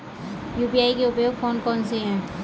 UPI के उपयोग कौन कौन से हैं?